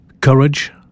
courage